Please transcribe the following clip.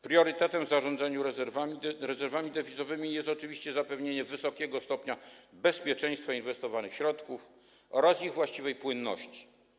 Priorytetem w zarządzaniu rezerwami deficytowymi jest oczywiście zapewnienie wysokiego stopnia bezpieczeństwa inwestowanych środków oraz ich właściwej płynności.